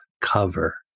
cover